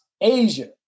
Asia